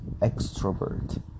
extrovert